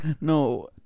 no